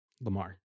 Lamar